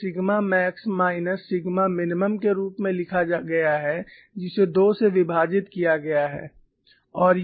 इसे sigma max minus sigma minimum के रूप में लिखा गया है जिसे 2 से विभाजित किया गया है